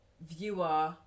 viewer